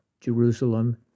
Jerusalem